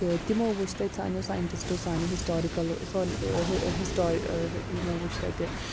تہٕ تِمو وُچھ تَتہِ سانیو ساینٹِسٹو سانیو ہِسٹارِکَلو یِمو وُچھ تَتہِ